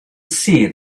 see